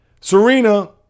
Serena